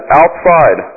outside